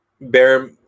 bear